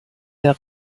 der